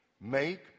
Make